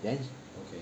then